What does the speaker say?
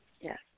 Yes